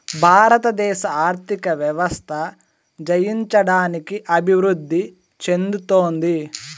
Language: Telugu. భారతదేశ ఆర్థిక వ్యవస్థ జయించడానికి అభివృద్ధి చెందుతోంది